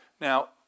Now